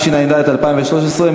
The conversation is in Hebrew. התשע"ד 2013,